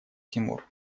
тимур